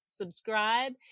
Subscribe